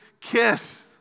kiss